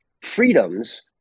freedoms